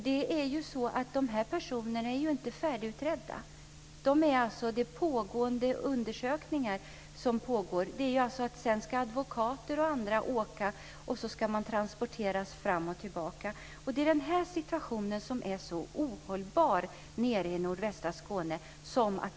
De här personerna är ju inte färdigutredda. Det pågår undersökningar. Sedan ska advokater och andra åka fram och tillbaka. Det är den här situationen som är så ohållbar i nordvästra Skåne.